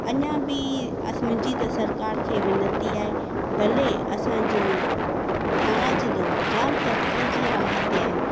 अञा बि मुंहिंजी त सरकारि खे विनती आहे भले असांजो थाणा ज़िलो जाम तरक़ीअ जी राह ते आहे